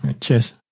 Cheers